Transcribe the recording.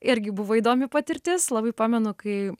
irgi buvo įdomi patirtis labai pamenu kai